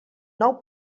nou